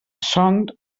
són